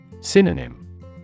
Synonym